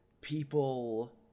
people